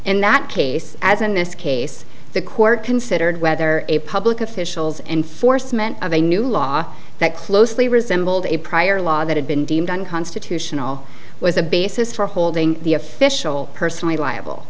in that case as in this case the court considered whether a public officials enforcement of a new law that closely resembled a prior law that had been deemed unconstitutional was a basis for holding the official personally liable